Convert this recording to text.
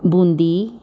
बूंदी